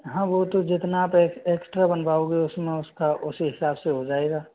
हाँ वो तो जितना आप एक्स्ट्रा बनवाओगे उसमें उसका उस हिसाब से हो जाएगा